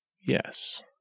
Yes